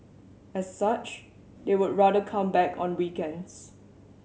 as such they would rather come back on weekends